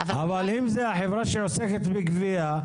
אבל אם זו החברה שעוסקת בגבייה,